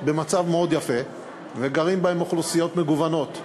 במצב מאוד יפה וגרות בהן אוכלוסיות מגוונות,